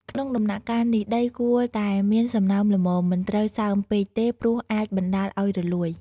ក្នុងដំណាក់កាលនេះ ដីគួរតែមានសំណើមល្មម មិនត្រូវសើមពេកទេ ព្រោះអាចបណ្តាលឱ្យរលួយ។